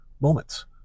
moments